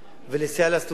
ולסייע לסטודנטים.